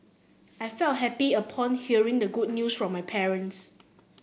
I felt happy upon hearing the good news from my parents